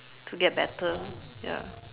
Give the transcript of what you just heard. to get better ya